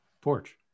porch